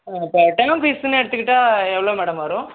ஆ இப்போ டேர்ம் ஃபீஸ்ஸுன்னு எடுத்துக்கிட்டால் எவ்வளோ மேடம் வரும்